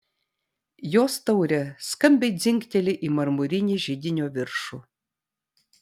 jos taurė skambiai dzingteli į marmurinį židinio viršų